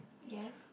yes